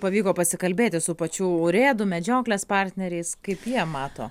pavyko pasikalbėti su pačiu urėdu medžioklės partneriais kaip jie mato